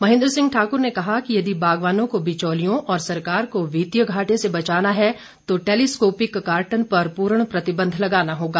महेन्द्र सिंह ठाकुर ने कहा कि यदि बागवानों को बिचौलियों और सरकार को वित्तीय घाटे से बचाना है तो टैलीस्कोपिक कार्टन पर पूर्ण प्रतिबंध लगाना होगा